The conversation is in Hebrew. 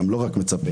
לא רק מצפה,